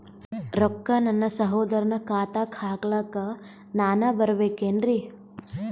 ರೊಕ್ಕ ನಮ್ಮಸಹೋದರನ ಖಾತಾಕ್ಕ ಹಾಕ್ಲಕ ನಾನಾ ಬರಬೇಕೆನ್ರೀ?